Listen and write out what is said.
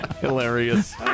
Hilarious